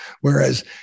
whereas